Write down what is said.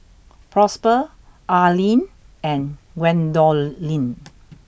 Prosper Arleen and Gwendolyn